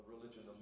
religion